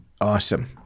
Awesome